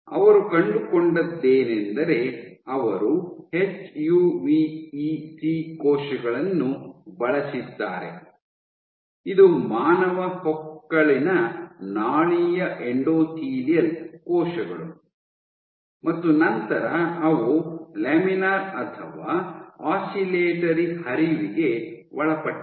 ಅವರು ಕಂಡುಕೊಂಡದ್ದೇನೆಂದರೆ ಅವರು ಎಚ್ಯುವಿಇಸಿ ಕೋಶಗಳನ್ನು ಬಳಸಿದ್ದಾರೆ ಇದು ಮಾನವ ಹೊಕ್ಕುಳಿನ ನಾಳೀಯ ಎಂಡೋಥೆಲಿಯಲ್ ಕೋಶಗಳು ಮತ್ತು ನಂತರ ಅವು ಲ್ಯಾಮಿನಾರ್ ಅಥವಾ ಆಸಿಲೇಟರಿ ಹರಿವಿಗೆ ಒಳಪಟ್ಟಿವೆ